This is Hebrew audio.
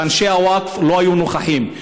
ואנשי הווקף לא היו נוכחים.